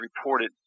reported